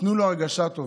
נתנו לו הרגשה טובה,